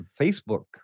facebook